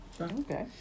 Okay